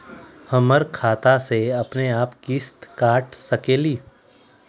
हमर खाता से अपनेआप किस्त काट सकेली?